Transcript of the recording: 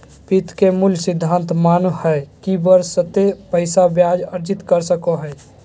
वित्त के मूल सिद्धांत मानय हइ कि बशर्ते पैसा ब्याज अर्जित कर सको हइ